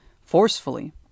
forcefully